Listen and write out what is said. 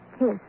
Yes